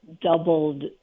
doubled